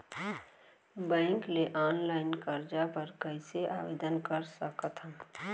Bank ले online करजा बर कइसे आवेदन कर सकथन?